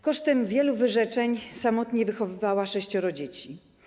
Kosztem wielu wyrzeczeń samotnie wychowywała sześcioro dzieci.